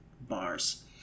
bars